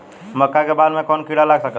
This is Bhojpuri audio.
मका के बाल में कवन किड़ा लाग सकता?